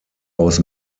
aus